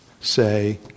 say